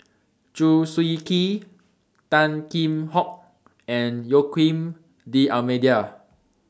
Chew Swee Kee Tan Kheam Hock and Joaquim D'almeida